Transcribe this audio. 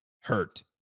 hurt